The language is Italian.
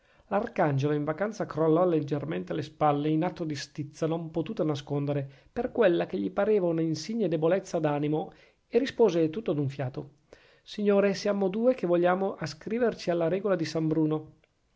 l'arcangelo in vacanza crollò leggermente le spalle in atto di stizza non potuta nascondere per quella che gli pareva una insigne debolezza d'animo e rispose tutto d'un fiato signore siamo due che vogliamo ascriverci alla regola di san bruno